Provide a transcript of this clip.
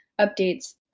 updates